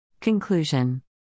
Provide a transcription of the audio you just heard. Conclusion